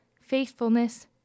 faithfulness